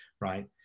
Right